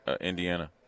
Indiana